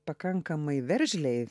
pakankamai veržliai